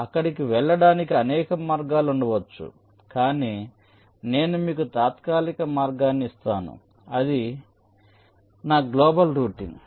అక్కడికి వెళ్ళడానికి అనేక మార్గాలు ఉండవచ్చు కానీ నేను మీకు తాత్కాలిక మార్గాన్ని ఇస్తాను ఇది నా గ్లోబల్ రూటింగ్